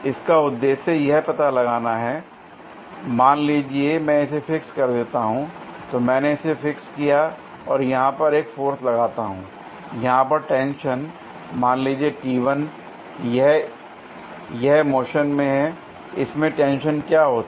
इसका उद्देश्य यह पता लगाना है मान लीजिए मैं इसे फिक्स कर देता हूं l तो मैंने इसे फिक्स किया और यहां पर एक फोर्स लगाता हूं यहां पर टेंशन मान लीजिए यह यह मोशन में हैं l इसमें टेंशन क्या होती है